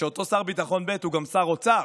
ואותו שר ביטחון ב' הוא גם שר האוצר,